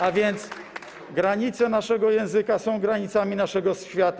A więc granice naszego języka są granicami naszego świata.